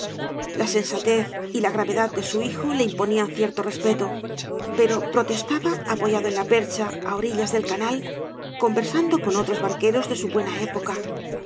la sensatez y la gravedad de su hijo le imponían cierto respeto pero protestaba apoyado en la percha á orillas del canal conversando con otros barqueros de su buena época